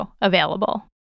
available